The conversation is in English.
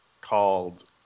called